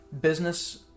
business